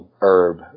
herb